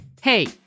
hey